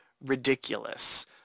ridiculous